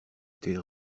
était